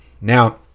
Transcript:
now